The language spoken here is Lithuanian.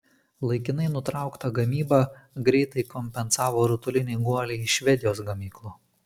laikinai nutrauktą gamybą greitai kompensavo rutuliniai guoliai iš švedijos gamyklų